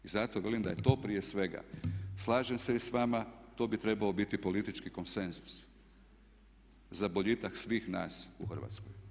I zato velim da je to prije svega, slažem se i s vama to bi trebao biti politički konsenzus za boljitak svih nas u Hrvatskoj.